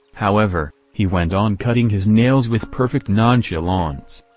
however, he went on cutting his nails with perfect nonchalance.